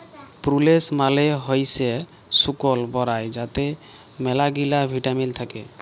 প্রুলেস মালে হইসে শুকল বরাই যাতে ম্যালাগিলা ভিটামিল থাক্যে